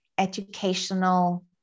Educational